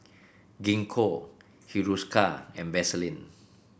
Gingko Hiruscar and Vaselin